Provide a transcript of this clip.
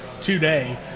today